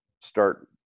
start